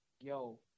yo